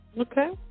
Okay